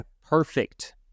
perfect